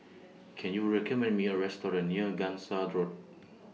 Can YOU recommend Me A Restaurant near Gangsa Road